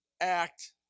act